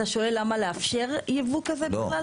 אתה שואל למה לאפשר ייבוא כזה בכלל?